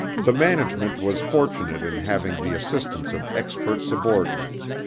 the management was fortunate in having the assistance of expert subordinates.